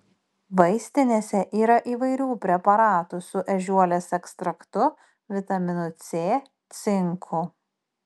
vaistinėse yra įvairių preparatų su ežiuolės ekstraktu vitaminu c cinku